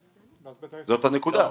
זאת הנקודה.